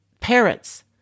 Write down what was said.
parents